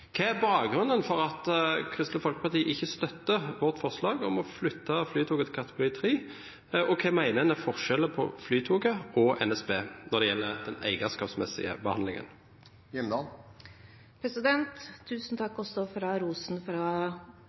Hva er bakgrunnen for at Kristelig Folkeparti ikke støtter vårt forslag om å flytte Flytoget til kategori 3, og hva mener en er forskjellen på Flytoget og NSB når det gjelder den eierskapsmessige behandlingen? Tusen takk også for rosen fra